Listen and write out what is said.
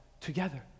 together